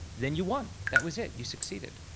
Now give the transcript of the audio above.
then you won. that was it. you succeeded.